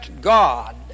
God